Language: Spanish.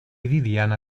diana